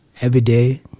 everyday